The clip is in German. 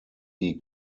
die